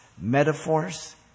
metaphors